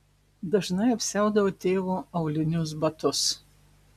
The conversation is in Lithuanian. dažnai apsiaudavo tėvo aulinius batus